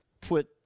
put